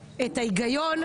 את תומכת בנושא חדש?